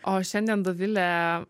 o šiandien dovilė